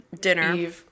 dinner